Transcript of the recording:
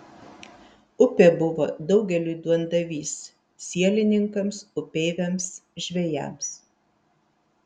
upė buvo daugeliui duondavys sielininkams upeiviams žvejams